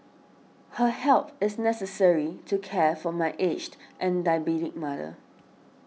her help is necessary to care for my aged and diabetic mother